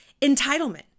entitlement